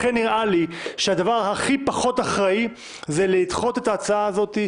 לכן נראה לי שהדבר הכי פחות אחראי הוא לדחות את ההצעה הזאת,